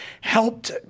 helped